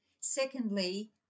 Secondly